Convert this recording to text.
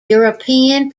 european